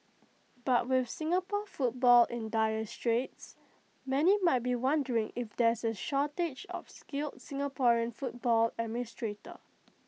but with Singapore football in dire straits many might be wondering if there's A shortage of skilled Singaporean football administrators